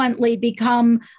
Become